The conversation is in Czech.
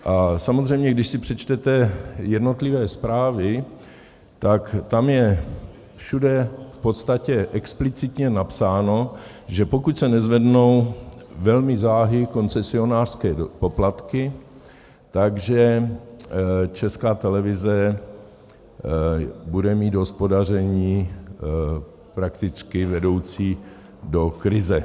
A samozřejmě když si přečtete jednotlivé zprávy, tak tam je všude v podstatě explicitně napsáno, že pokud se nezvednou velmi záhy koncesionářské poplatky, tak Česká televize bude mít hospodaření prakticky vedoucí do krize.